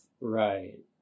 Right